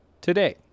today